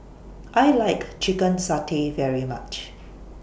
I like Chicken Satay very much